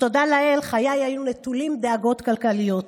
ותודה לאל, חיי היו נטולי דאגות כלכליות.